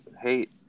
hate